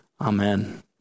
Amen